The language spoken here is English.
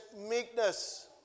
meekness